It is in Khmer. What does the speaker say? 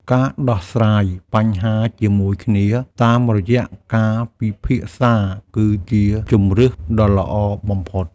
ការដោះស្រាយបញ្ហាជាមួយគ្នាតាមរយៈការពិភាក្សាគឺជាជម្រើសដ៏ល្អបំផុត។